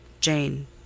Jane